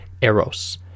eros